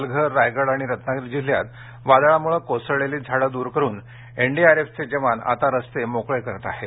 पालघर रायगड आणि रत्नागिरी जिल्ह्यांत वादळामुळे कोसळलेली झाडं दूर करून एनडीआरएफचे जवान आता रस्ते मोकळे करताहेत